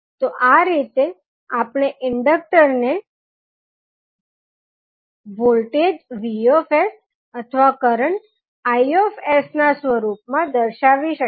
તો આ રીતે આપણે ઇન્ડક્ટર ને વોલ્ટેજ Vs અથવા કરંટ I નાં સ્વરુપમાં દર્શાવી શકીએ